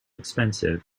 expensive